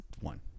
one